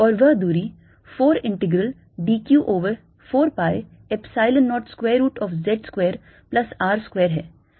और वह दूरी 4integral d q over 4 pi Epsilon 0 square root of z square plus r square है जहां r रिंग की त्रिज्या है